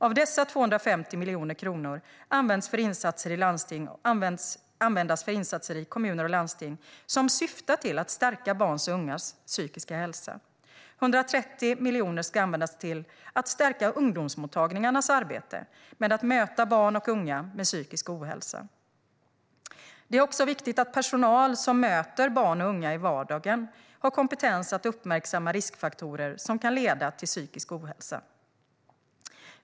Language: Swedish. Av dessa ska 250 miljoner kronor användas för insatser i landsting och kommuner som syftar till att stärka barns och ungas psykiska hälsa, och 130 miljoner kronor ska användas till att stärka ungdomsmottagningarnas arbete med att möta barn och unga med psykisk ohälsa. Det är också viktigt att personal som möter barn och unga i vardagen har kompetens att uppmärksamma riskfaktorer som kan leda till psykisk ohälsa.